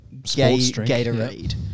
Gatorade